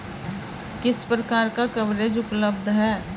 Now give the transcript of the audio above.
किस प्रकार का कवरेज उपलब्ध है?